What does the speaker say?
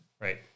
Right